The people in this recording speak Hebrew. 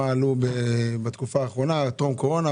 כמה עלו טרום קורונה,